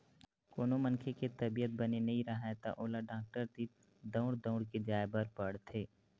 कोनो मनखे के तबीयत बने नइ राहय त ओला डॉक्टर तीर दउड़ दउड़ के जाय बर पड़थे